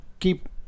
keep